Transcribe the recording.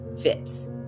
fits